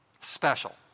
special